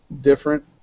different